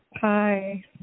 Hi